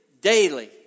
Daily